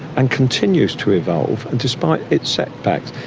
and continues to evolve, and despite its setbacks,